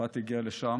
כשערפאת הגיע לשם,